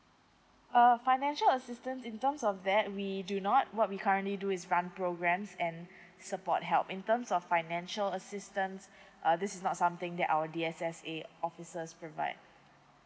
uh financial assistance in terms of that we do not what we currently do is run programs and support help in terms of financial assistance uh this is not something that our D_S_S_A officers provide